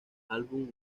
álbum